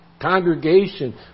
congregation